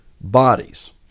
bodies